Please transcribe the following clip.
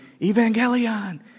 Evangelion